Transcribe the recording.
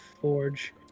Forge